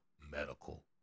medical